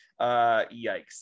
yikes